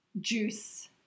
juice